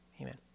Amen